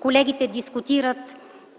Колегите дискутират